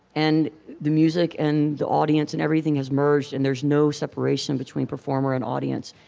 and the music and the audience and everything has merged, and there's no separation between performer and audience.